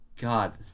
god